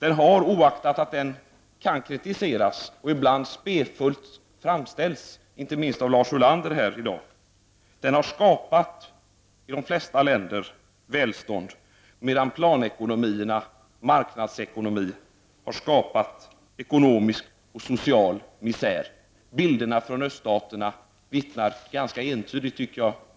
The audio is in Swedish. Oaktat att marknadsekonomin kan kritiseras — ibland framställs den spefullt, inte minst av Lars Ulander här i dag — har den i de flesta länder skapat välstånd, medan planekonomierna har skapat ekonomisk och social misär. Herr talman! Jag tycker att bilderna från öststaterna vittnar ganska entydigt om detta.